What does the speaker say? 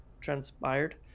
transpired